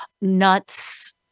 nuts